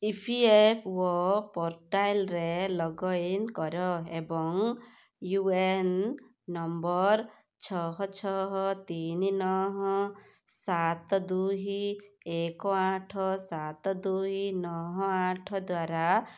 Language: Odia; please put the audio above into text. ଇ ପି ଏଫ୍ ଓ ପୋର୍ଟାଲ୍ରେ ଲଗ୍ଇନ୍ କର ଏବଂ ୟୁ ଏ ଏନ୍ ନମ୍ବର୍ ଛଅ ଛଅ ତିନି ନଅ ସାତ ଦୁଇ ଏକ ଆଠ ସାତ ଦୁଇ ନଅ ଆଠ ଦ୍ଵାରା